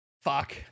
Fuck